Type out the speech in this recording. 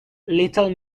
little